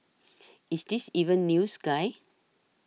is this even news guy